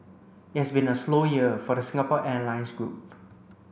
it has been a slow year for the Singapore Airlines group